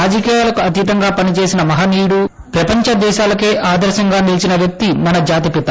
రాజకీయాలకతీతంగా పనిచేసిన మహనీయుడు ప్రపంచ దేశాలకే ఆదర్రంగా నిలీచిన వ్క్తి మన జాతిపిత